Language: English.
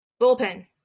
bullpen